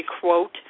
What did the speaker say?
quote